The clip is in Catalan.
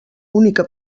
única